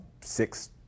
six